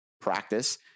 practice